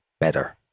better